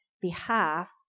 behalf